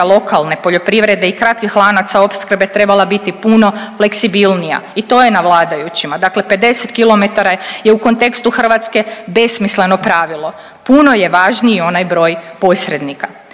lokalne poljoprivrede i kratkih lanac opskrbe trebala biti puno fleksibilnija i to je na vladajućima. Dakle, 50 km je u kontekstu Hrvatske besmisleno pravilo, puno je važniji onaj broj posrednika.